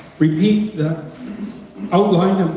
repeat the outline